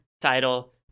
title